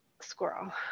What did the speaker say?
squirrel